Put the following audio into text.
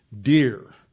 deer